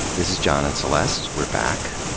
this is john and celeste we're back.